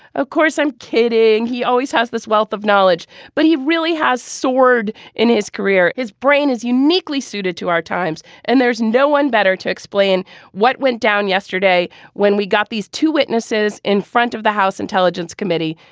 of course i'm kidding. he always has this wealth of knowledge but he really has soared in his career. his brain is uniquely suited to our times and there's no one better to explain what went down yesterday when we got these two witnesses in front of the house intelligence committee.